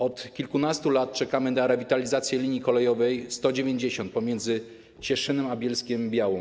Od kilkunastu lat czekamy na rewitalizację linii kolejowej nr 190 między Cieszynem a Bielsko-Białą.